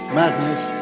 madness